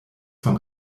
von